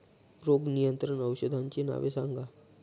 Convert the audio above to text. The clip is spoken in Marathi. रोग नियंत्रण औषधांची नावे सांगा?